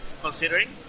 considering